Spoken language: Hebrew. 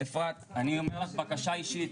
אפרת אני אומר לך בקשה אישית,